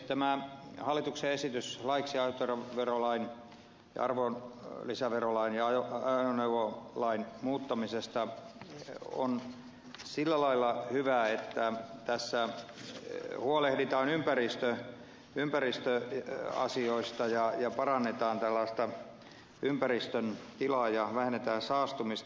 tämä hallituksen esitys laeiksi autoverolain ja arvonlisäverolain ja ajoneuvolain muuttamisesta on sillä lailla hyvä että tässä huolehditaan ympäristöasioista ja parannetaan ympäristön tilaa ja vähennetään saastumista